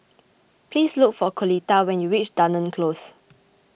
please look for Coletta when you reach Dunearn Close